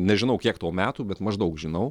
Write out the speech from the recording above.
nežinau kiek tau metų bet maždaug žinau